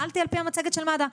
פעלתי על פי המצגת של מד"א.